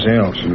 else